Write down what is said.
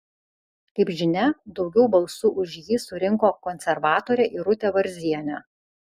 kaip žinia daugiau balsų už jį surinko konservatorė irutė varzienė